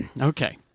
okay